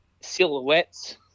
silhouettes